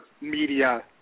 media